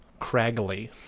craggly